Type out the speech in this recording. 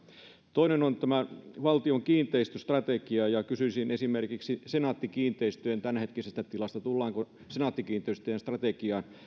toinen on tämä valtion kiinteistöstrategia kysyisin esimerkiksi senaatti kiinteistöjen tämänhetkisestä tilasta tullaanko senaatti kiinteistöjen strategiaan